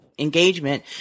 engagement